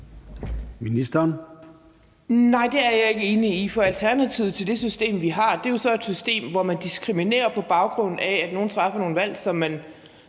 Egelund): Nej, det er jeg ikke enig i, for alternativet til det system, vi har, er jo så et system, hvor man diskriminerer, på baggrund af at nogle træffer nogle valg, som man